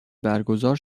برگزار